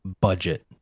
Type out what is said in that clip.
budget